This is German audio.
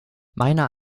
meiner